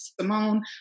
Simone